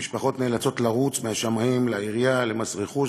המשפחות נאלצות לרוץ מהשמאים לעירייה למס רכוש,